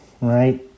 right